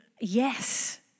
yes